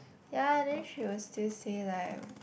ya and then she will still say like